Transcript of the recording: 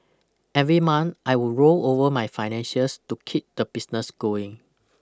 every month I would roll over my finances to keep the business going